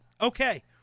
okay